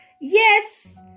Yes